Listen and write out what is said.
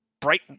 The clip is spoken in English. bright